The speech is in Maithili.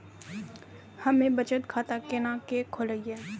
हम्मे बचत खाता केना के खोलियै?